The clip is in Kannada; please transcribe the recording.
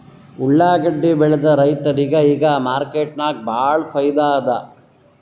ಉಳ್ಳಾಗಡ್ಡಿ ಬೆಳದ ರೈತರಿಗ ಈಗ ಮಾರ್ಕೆಟ್ನಾಗ್ ಭಾಳ್ ಫೈದಾ ಅದಾ